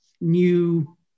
new